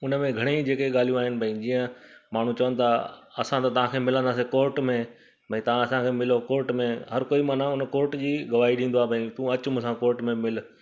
हुन में घणेई जेके ॻाल्हियूं आहिनि भई जीअं माण्हू चवनि था असां त तव्हांखे मिलंदासीं कोर्ट में भई तव्हां असांखे मिलो कोर्ट में हर कोई माना हुन कोर्ट जी गवाही ॾींदो आहे भई तूं अचु मूं सां कोर्ट मिल